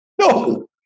No